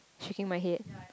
shaking my head